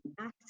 act